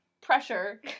pressure